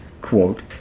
quote